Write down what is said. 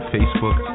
Facebook